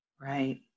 Right